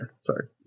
sorry